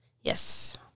Yes